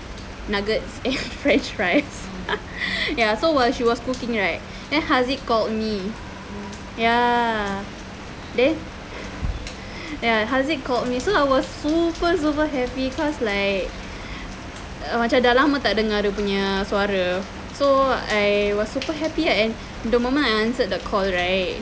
nuggets and french fries ya so while she was cooking right then haziq called me ya then then ya haziq called me so I was super super happy because like macam dah lama tak dengar dia punya suara ya so I so I was super happy so the moment I answered the call right